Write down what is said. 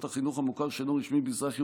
החינוך המוכר שאינו רשמי במזרח ירושלים,